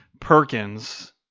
Perkins